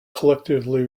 collectively